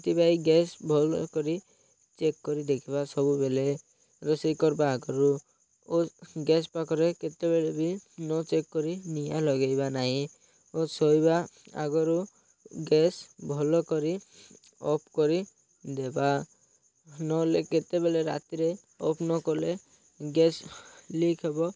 ସେଥିପାଇଁ ଗ୍ୟାସ୍ ଭଲ କରି ଚେକ୍ କରି ଦେଖିବା ସବୁବେଲେ ରୋଷେଇ କରିବା ଆଗରୁ ଓ ଗ୍ୟାସ୍ ପାଖରେ କେତେବେଳେ ବି ନ ଚେକ୍ କରି ନିଆଁ ଲଗାଇବା ନାହିଁ ଓ ଶୋଇବା ଆଗରୁ ଗ୍ୟାସ୍ ଭଲ କରି ଅଫ୍ କରି ଦେବା ନହେଲେ କେତେବେଲେ ରାତିରେ ଅଫ୍ ନକଲେ ଗ୍ୟାସ୍ ଲିକ୍ ହେବ